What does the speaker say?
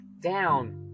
down